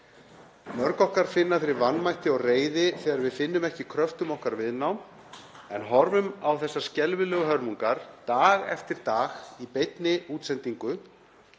Mörg okkar finna fyrir vanmætti og reiði þegar við finnum ekki kröftum okkar viðnám en horfum á þessar skelfilegu hörmungar dag eftir dag í beinni útsendingu.